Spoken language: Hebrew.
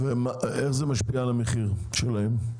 איך זה משפיע על המחיר שלהם?